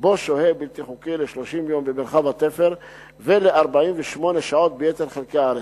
בו שוהה בלתי חוקי ל-30 יום במרחב התפר ול-48 שעות ביתר חלקי הארץ.